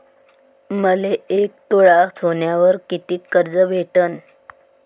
मले एक तोळा सोन्यावर कितीक कर्ज भेटन?